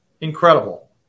Incredible